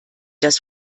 das